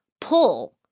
pull